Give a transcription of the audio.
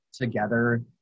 together